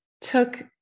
took